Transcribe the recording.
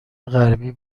غربی